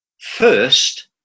first